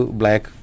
black